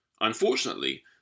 Unfortunately